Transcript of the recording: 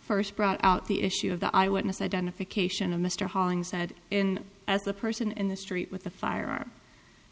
first brought out the issue of the eyewitness identification of mr halling said in as the person in the street with a firearm